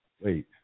Wait